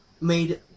made